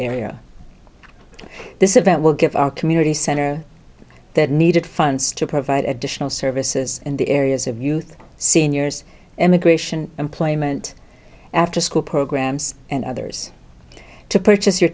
area this event will give our community center that needed funds to provide additional services in the areas of youth seniors immigration employment afterschool programs and others to purchase your